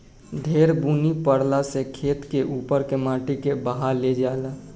ढेर बुनी परला से खेत के उपर के माटी के बहा ले जाला